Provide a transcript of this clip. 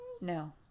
no